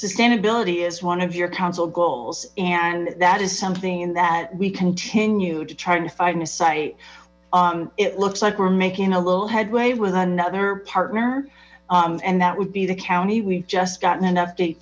sustainability is one of your council goals and that is something that we continue trying to find a site it looks like we're making a little headway with another partner and that would be the county we've just gotten an update